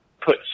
put